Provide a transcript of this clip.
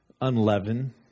unleavened